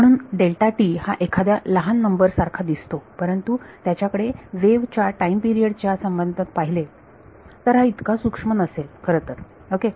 म्हणून हा एखाद्या लहान नंबर सारखा दिसतो परंतु त्याच्याकडे वेव्ह च्या टाइम पिरियड च्या संबंधात पाहिले तर हा इतका सूक्ष्म नसेल खरं तर ओके